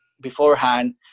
beforehand